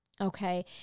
okay